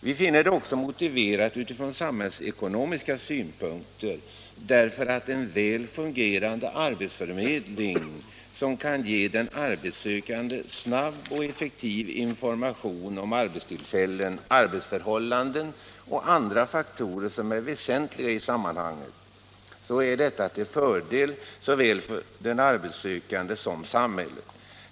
Vi finner det motiverat också utifrån samhällsekonomiska synpunkter, därför att en väl fungerande arbetsförmedling som kan ge den arbetssökande snabb politiken ÅArbetsmarknadspolitiken och effektiv information om lediga arbetstillfällen, arbetsförhållanden och andra faktorer som är väsentliga i sammanhanget är till fördel för såväl den arbetssökande som samhället.